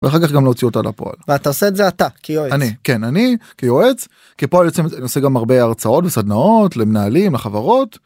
ואחר כך גם להוציא אותה לפועל. ואתה עושה את זה אתה, כיועץ. אני, כן, אני, כיועץ, כפועל יוצא אני עושה גם הרבה הרצאות וסדנאות למנהלים, לחברות.